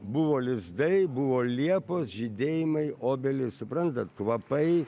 buvo lizdai buvo liepos žydėjimai obelys suprantat kvapai